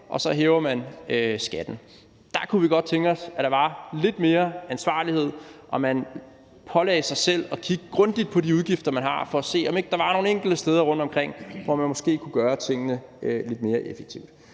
og så hæver man skatten. Der kunne vi godt tænke os, at der var lidt mere ansvarlighed, og at man pålagde sig selv at kigge grundigt på de udgifter, man har, for at se, om ikke der var nogle enkelte steder rundtomkring, hvor man måske kunne gøre tingene lidt mere effektivt.